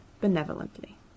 benevolently